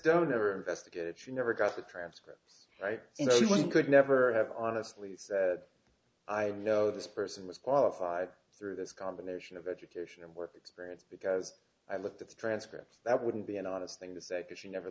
don't ever investigated she never got the transcripts right you know you could never have honestly say i know this person was qualified through this combination of education and work experience because i looked at the transcript that wouldn't be an honest thing to say that she never